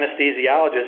anesthesiologist